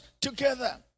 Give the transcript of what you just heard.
together